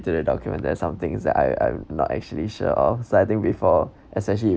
through the document there's some things that I I'm not actually sure of so I think before especially you